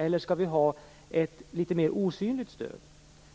Eller skall vi ha ett litet mer osynligt stöd